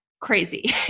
crazy